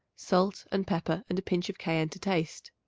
salt and pepper and a pinch of cayenne to taste.